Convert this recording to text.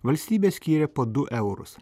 valstybė skyrė po du eurus